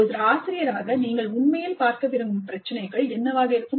ஒரு ஆசிரியராக நீங்கள் உண்மையில் பார்க்க விரும்பும் பிரச்சினைகள் என்னவாக இருக்கும்